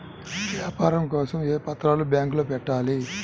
వ్యాపారం కోసం ఏ పత్రాలు బ్యాంక్లో పెట్టాలి?